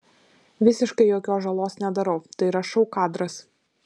visiškai jokios žalos nedarau tai yra šou kadras